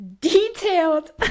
detailed